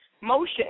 motion